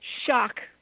shock